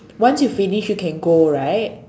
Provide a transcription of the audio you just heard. once you finish you can go right